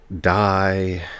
die